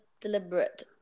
deliberate